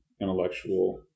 intellectual